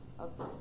Okay